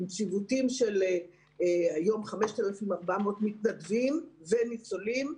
עם ציוותים של 5,400 מתנדבים נכון להיום וניצולים,